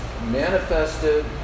manifested